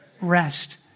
rest